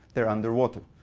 they're underwater.